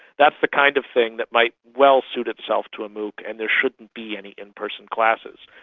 that's the kind of thing that might well suit itself to a mooc and there shouldn't be any in-person classes.